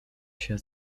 się